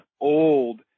old